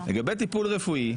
לגבי טיפול רפואי,